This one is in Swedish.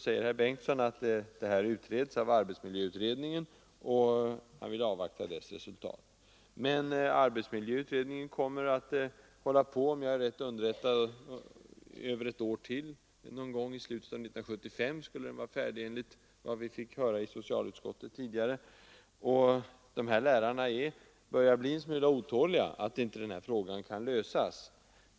Herr Bengtsson framhåller att arbetsmiljöutredningen sysslar med detta problem. Han vill avvakta dess resultat. Men arbetsmiljöutredningen kommer att hålla på, om jag är rätt underrättad, i mer än ett år till. Någon gång i slutet av 1975 skall den vara färdig enligt vad vi fick höra i socialutskottet. Trafiklärarna börjar bli en smula otåliga över att deras problem inte kan lösas.